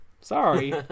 Sorry